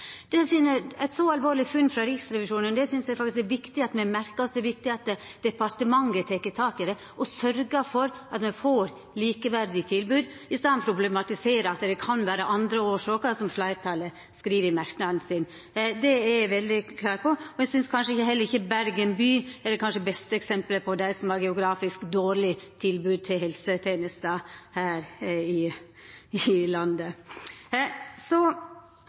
Eit så alvorleg funn frå Riksrevisjonen synest eg faktisk det er viktig at me merkar oss. Det er viktig at departementet tek tak i det og sørgjer for at ein får likeverdige tilbod, i staden for å problematisera med at «det kan være andre årsaker», som fleirtalet skriv i merknaden sin. Det er eg veldig klar på, og eg synest kanskje heller ikkje Bergen by er det beste eksemplet på eit område som har eit geografisk dårleg tilbod med omsyn til helsetenester her i landet. Så